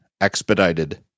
expedited